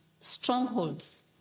strongholds